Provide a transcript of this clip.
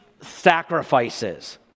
sacrifices